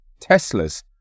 Teslas